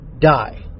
die